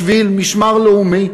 בשביל משמר לאומי,